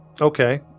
Okay